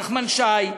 נחמן שי,